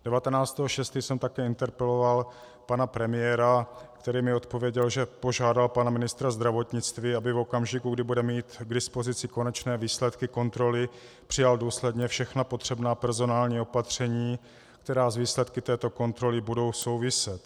19. 6. jsem také interpeloval pana premiéra, který mi odpověděl, že požádal pana ministra zdravotnictví, aby v okamžiku, kdy bude mít k dispozici konečné výsledky kontroly, přijal důsledně všechna potřebná personální opatření, která s výsledky této kontroly budou souviset.